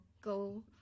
go